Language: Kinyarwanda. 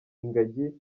ingagi